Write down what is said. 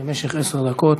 במשך עשר דקות.